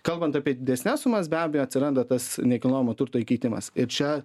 kalbant apie didesnes sumas be abejo atsiranda tas nekilnojamo turto įkeitimas ir čia